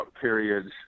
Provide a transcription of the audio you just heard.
periods